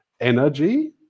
energy